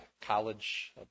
college